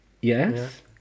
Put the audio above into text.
Yes